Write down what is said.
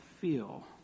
feel